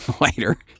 later